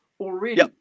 Already